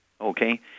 Okay